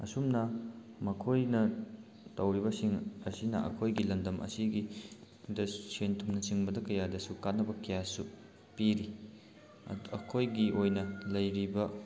ꯑꯁꯨꯝꯅ ꯃꯈꯣꯏꯅ ꯇꯧꯔꯤꯕꯁꯤꯡ ꯑꯁꯤꯅ ꯑꯩꯈꯣꯏꯒꯤ ꯂꯝꯗꯝ ꯑꯁꯤꯒꯤ ꯗ ꯁꯦꯟ ꯊꯨꯝꯅ ꯆꯤꯡꯕꯗ ꯀꯌꯥꯗꯁꯨ ꯀꯥꯅꯕ ꯀꯌꯥꯁꯨ ꯄꯤꯔꯤ ꯑꯩꯈꯣꯏꯒꯤ ꯑꯣꯏꯅ ꯂꯩꯔꯤꯕ